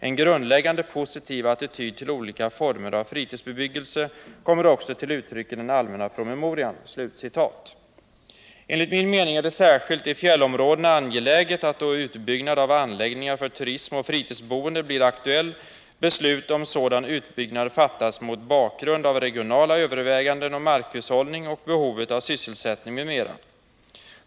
En grundläggande positiv attityd till olika former av fritidsbebyggelse kommer också till uttryck i den allmänna promemorian.” Enligt min mening är det särskilt i fjällområdena angeläget att då utbyggnad av anläggningar för turism och fritidsboende blir aktuell beslut om sådan utbyggnad fattas mot bakgrund av regionala överväganden om markhushållning och behovet av sysselsättning m.m.